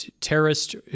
terrorist